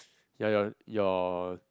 ya your your